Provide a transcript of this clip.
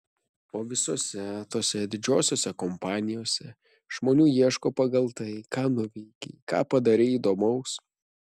o visose tose didžiosiose kompanijose žmonių ieško pagal tai ką nuveikei ką padarei įdomaus